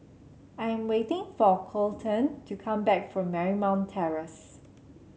I'm waiting for Coleton to come back from Marymount Terrace